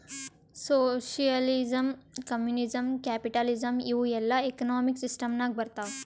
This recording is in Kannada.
ಸೋಷಿಯಲಿಸಮ್, ಕಮ್ಯುನಿಸಂ, ಕ್ಯಾಪಿಟಲಿಸಂ ಇವೂ ಎಲ್ಲಾ ಎಕನಾಮಿಕ್ ಸಿಸ್ಟಂ ನಾಗ್ ಬರ್ತಾವ್